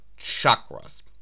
chakras